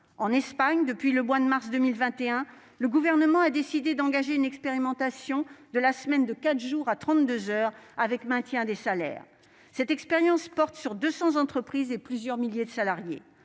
En Espagne, depuis le mois de mars 2021, le gouvernement a décidé d'engager une expérimentation de la semaine de 32 heures sur quatre jours avec maintien des salaires. Cette expérience porte sur 200 entreprises et plusieurs milliers de salariés.